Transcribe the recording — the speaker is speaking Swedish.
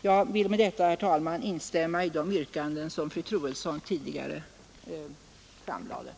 Jag vill med det anförda, herr talman, instämma i de yrkanden som fru Troedsson tidigare framställt.